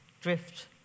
Drift